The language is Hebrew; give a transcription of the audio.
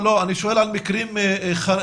אני שואל על מקרים חריגים,